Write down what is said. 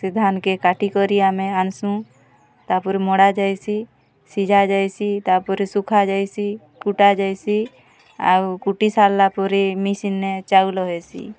ସେ ଧାନ୍କେ କାଟି କରି ଆମେ ଆନ୍ସୁଁ ତାପରେ ମଡ଼ା ଯାଏସି ସିଝା ଯାଏସି ତାପରେ ଶୁଖା ଯାଏସି କୁଟା ଯାଏସି ଆଉ କୁଟି ସାର୍ଲା ପରେ ମିସିନ୍ନେ ଚାଉଲ ହେସି